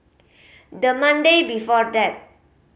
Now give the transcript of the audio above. the Monday before that